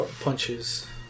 punches